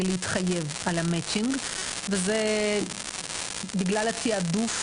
להתחייב על ה-matching וזה בגלל התיעדוף